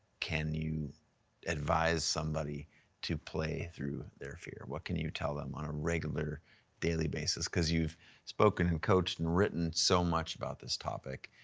can you advise somebody to play through their fear. what can you tell them on a regular daily basis? cause you've spoken, and coached and written so much about this topic,